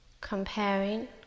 comparing